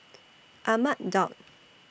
Ahmad Daud